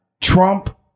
trump